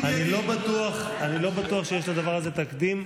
אני לא בטוח שיש לדבר הזה תקדים,